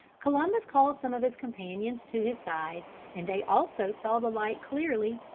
columbus called some of his companions to his side and they also saw the light clearly.